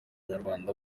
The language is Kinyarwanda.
abanyarwanda